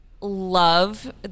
love